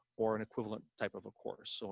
or an equivalent type of a course. so